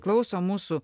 klauso mūsų